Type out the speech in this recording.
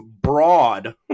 broad